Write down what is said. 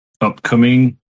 upcoming